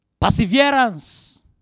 Perseverance